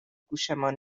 گوشمان